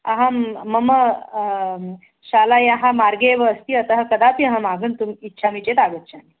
अहं मम शालायाः मार्गे एव अस्ति अतः कदापि अहम् आगन्तुम् इच्छामि चेत् आगच्छामि